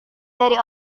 dari